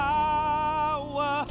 power